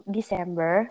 December